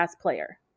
player